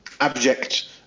abject